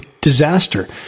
disaster